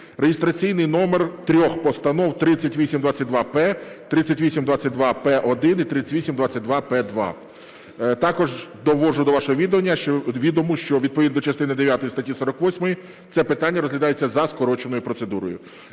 (реєстраційний номер трьох постанов 3822-П, 3822-П1 і 3822-П2). Також доводжу до вашого відома, що відповідно до частини дев'ятої статті 48 це питання розглядається за скороченою процедурою.